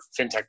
fintech